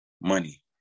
money